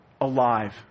alive